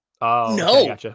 No